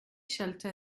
shelter